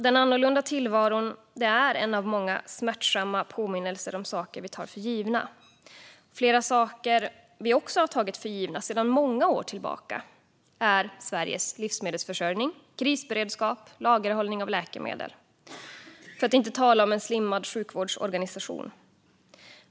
Den annorlunda tillvaron är en av många smärtsamma påminnelser om saker som vi tar för givna. Flera saker som vi också har tagit för givna sedan många år tillbaka är Sveriges livsmedelsförsörjning, krisberedskap och lagerhållning av läkemedel, för att inte tala om en slimmad sjukvårdsorganisation.